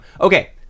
Okay